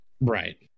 right